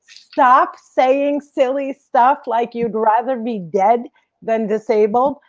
stop saying silly stuff like you'd rather be dead than disabled,